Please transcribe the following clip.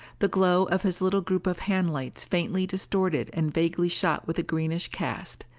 the glow of his little group of hand lights faintly distorted and vaguely shot with a greenish cast.